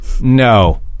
No